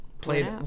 played